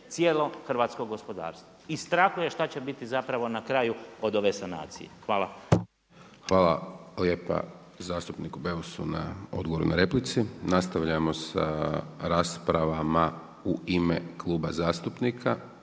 cijelo hrvatsko gospodarstvo i strahuje šta će biti zapravo na kraju od ove sanacije. Hvala. **Hajdaš Dončić, Siniša (SDP)** Hvala lijepa zastupniku Beusu na odgovoru na replici. Nastavljamo sa raspravama u ime kluba zastupnika.